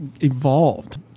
evolved